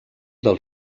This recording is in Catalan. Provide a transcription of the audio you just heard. del